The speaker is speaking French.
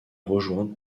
rejointe